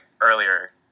earlier